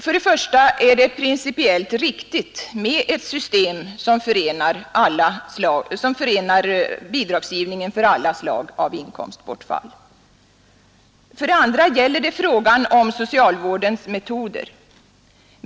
För det första är det principiellt riktigt med ett system som förenar alla former av samhällets stöd vid alla slag av inkomstbortfall. För det andra gäller det frågan om socialvårdens metoder.